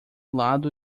lado